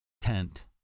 tent